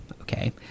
okay